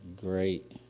great